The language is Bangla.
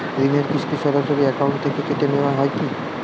ঋণের কিস্তি সরাসরি অ্যাকাউন্ট থেকে কেটে নেওয়া হয় কি?